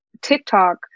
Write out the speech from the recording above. tiktok